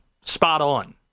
spot-on